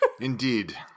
Indeed